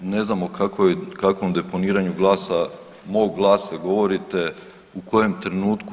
Ne znam o kakvom deponiranju glasa, mog glasa govorite u kojem trenutku.